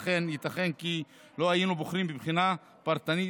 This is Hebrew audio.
ולכן ייתכן כי לו היינו בוחרים בבחינה פרטנית,